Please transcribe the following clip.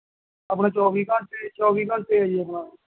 ਆਪਣਾ ਚੌਵੀ ਘੰਟੇ ਚੌਵੀ ਘੰਟੋ ਹੈ ਜੀ ਆਪਣਾ